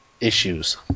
issues